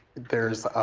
there's